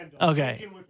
Okay